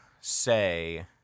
say